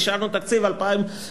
אישרנו את תקציב 2012-2011,